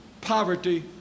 poverty